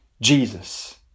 Jesus